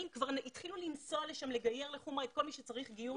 שהתחילו לנסוע לשם ולגייר לחומרה את כל מי שצריך גיור.